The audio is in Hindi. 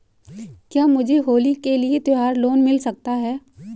क्या मुझे होली के लिए त्यौहार लोंन मिल सकता है?